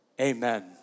amen